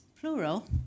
plural